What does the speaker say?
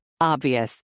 Obvious